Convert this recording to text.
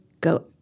go